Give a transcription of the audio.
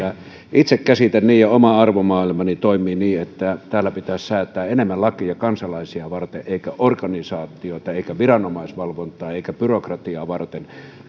itse käsitän niin ja oma arvomaailmani toimii niin että täällä pitäisi säätää enemmän lakeja kansalaisia varten eikä organisaatioita eikä viranomaisvalvontaa eikä byrokratiaa varten